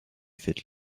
faites